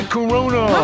Corona